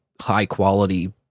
high-quality